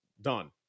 Done